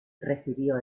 recibió